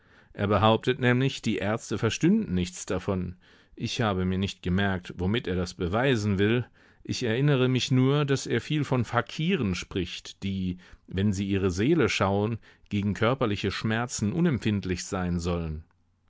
er behauptet nämlich die ärzte verstünden nichts davon ich habe mir nicht gemerkt womit er das beweisen will ich erinnere mich nur daß er viel von fakiren spricht die wenn sie ihre seele schauen gegen körperliche schmerzen unempfindlich sein sollen